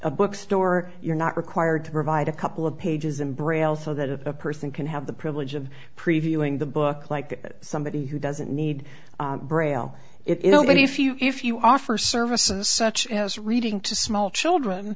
a bookstore you're not required to provide a couple of pages in braille so that a person can have the privilege of previewing the book like that somebody who doesn't need braille it would be if you if you offer services such as reading to small children